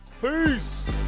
peace